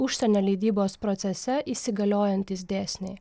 užsienio leidybos procese įsigaliojantys dėsniai